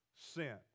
sin